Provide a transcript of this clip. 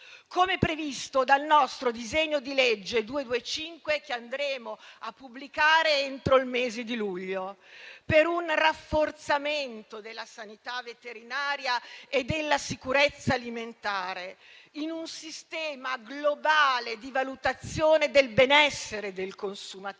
come previsto dal nostro disegno di legge n. 225, che andremo a pubblicare entro il mese di luglio, per un rafforzamento della sanità veterinaria e della sicurezza alimentare, in un sistema globale di valutazione del benessere del consumatore,